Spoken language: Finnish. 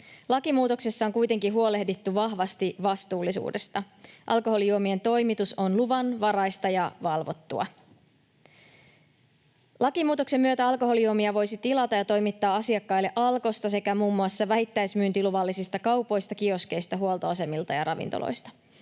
Lakimuutoksessa on kuitenkin huolehdittu vahvasti vastuullisuudesta. Alkoholijuomien toimitus on luvanvaraista ja valvottua. Lakimuutoksen myötä alkoholijuomia voisi tilata ja toimittaa asiakkaille Alkosta sekä muun muassa vähittäismyyntiluvallisista kaupoista, kioskeista, huoltoasemilta ja ravintoloista.